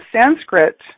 Sanskrit